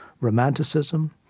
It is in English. Romanticism